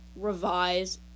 revise